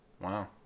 Wow